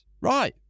Right